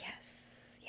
Yes